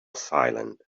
silent